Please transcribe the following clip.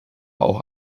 auch